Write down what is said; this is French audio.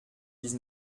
dix